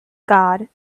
god